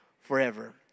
forever